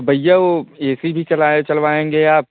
बईया वो A C भी चलाए चलवाएँगे आप